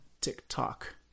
TikTok